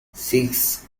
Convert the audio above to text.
six